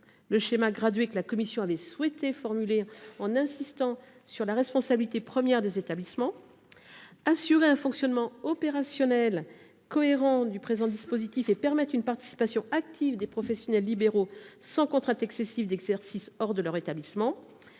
le schéma gradué que la commission a souhaité formuler, en insistant sur la responsabilité première des établissements ; assurer un fonctionnement opérationnel cohérent du présent dispositif et à permettre une participation active des professionnels libéraux, sans imposer de contrainte excessive d’exercice hors de leur établissement